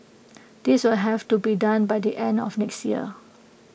this will have to be done by the end of next year